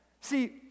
See